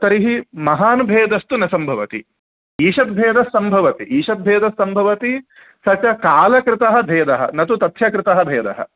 तर्हि महान् भेदस्तु न सम्भवति ईषद्भेदस्सम्भवति ईषद्भेदस्सम्भवति स च कालकृतः भेदः न तु तथ्यकृतः भेदः